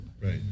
Right